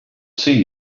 see